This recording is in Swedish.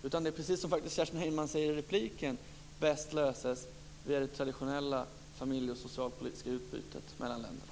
Det här löses, precis som Kerstin Heinemanns säger i repliken, bäst genom det traditionella familje och socialpolitiska utbytet mellan länderna.